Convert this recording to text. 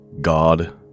God